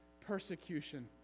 Persecution